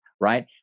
right